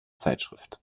zeitschrift